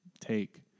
take